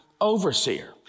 overseer